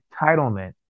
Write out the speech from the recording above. entitlement